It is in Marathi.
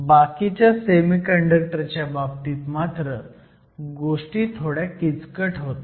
बाकीच्या सेमीकंडक्टर च्या बाबतीत मात्र गोष्टी थोड्या किचकट होतात